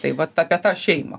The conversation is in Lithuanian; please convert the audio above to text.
taip vat apie tą šeimą